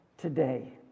today